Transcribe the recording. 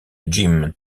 jim